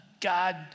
God